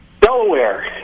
Delaware